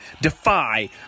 Defy